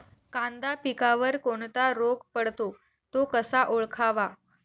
कांदा पिकावर कोणता रोग पडतो? तो कसा ओळखावा?